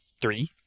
Three